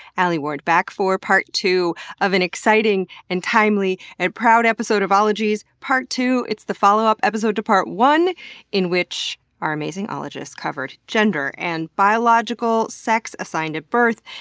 alie ward, back for part two of an exciting, and timely, and proud episode of ologies. part two, it's the follow up episode to part one in which our amazing ologist covered gender, and biological sex assigned at birth,